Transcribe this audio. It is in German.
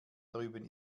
drüben